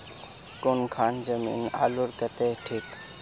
कौन खान जमीन आलूर केते ठिक?